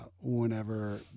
whenever